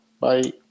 Bye